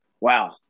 Wow